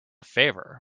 favor